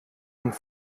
und